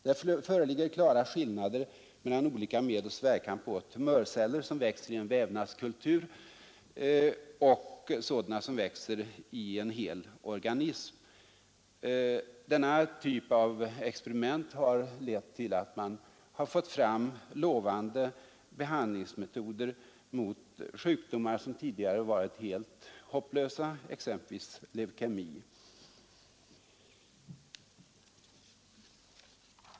Det föreligger klara skillnader mellan olika medels inverkan på tumörceller som växer i en vävnadskultur och sådana som växer i en hel organism. Denna typ av experiment har lett till att man fått fram lovande behandlingsmetoder mot sjukdomar som tidigare varit helt hopplösa, exempelvis leukemi.